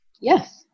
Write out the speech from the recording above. Yes